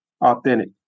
authentic